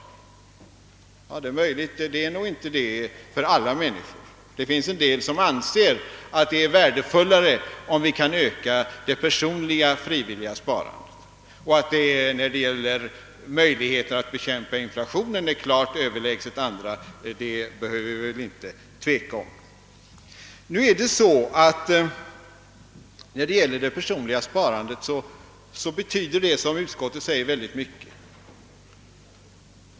Det är möjligt, men detta gäller nog inte alla människor. Det finns en del som anser att det är värdefullare om vi kan öka det personliga frivilliga sparandet. Att detta sätt när det gäller möjligheterna att bekämpa inflationen är klart överlägset andra behöver vi inte tveka om. Det personliga sparandet betyder, som utskottet säger, väldigt mycket.